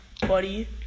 buddy